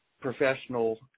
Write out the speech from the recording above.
professional